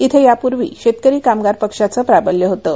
इथं यापूर्वी शेतकरी कामगार पक्षाचं प्राबल्य होतं